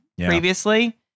previously